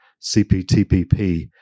CPTPP